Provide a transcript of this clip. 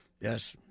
Yes